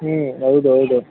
ಹ್ಞೂ ಹೌದ್ ಹೌದು